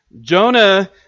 Jonah